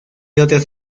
otras